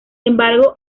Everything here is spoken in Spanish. embargo